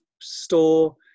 store